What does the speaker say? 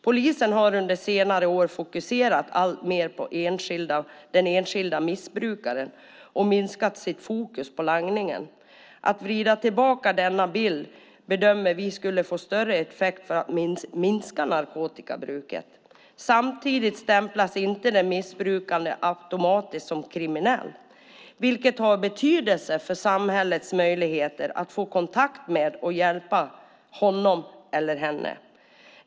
Polisen har under senare år fokuserat alltmer på den enskilda missbrukaren och minskat sitt fokus på langningen. Att vrida tillbaka denna bild bedömer vi skulle få en större effekt för att minska narkotikamissbruket. Samtidigt stämplas inte den missbrukande automatiskt som kriminell, vilket har betydelse för samhällets möjligheter att få kontakt med och hjälpa honom eller henne.